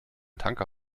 tanker